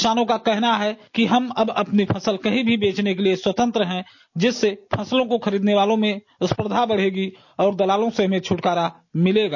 किसानों का कहना है कि हम अब अपनी फसल कहीं भी बेचने के लिये स्वतंत्र है जिससे फसलों को खरीदने वालों में स्फर्धा बढ़ेगी और दलालों से हमें छुटकारा मिलेगा